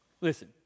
Listen